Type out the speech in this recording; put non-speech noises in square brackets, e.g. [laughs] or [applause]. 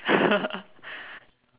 [laughs]